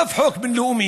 באף חוק בין-לאומי,